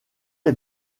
est